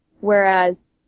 whereas